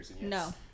No